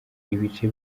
ibice